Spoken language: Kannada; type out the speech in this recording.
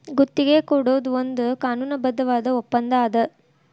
ಗುತ್ತಿಗಿ ಕೊಡೊದು ಒಂದ್ ಕಾನೂನುಬದ್ಧವಾದ ಒಪ್ಪಂದಾ ಅದ